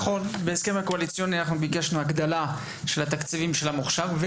אכן ביקשנו בהסכמים הקואליציוניים הגדלה בתקציב של המוכשר.